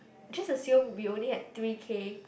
just assume we only have three K